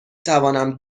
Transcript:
توانم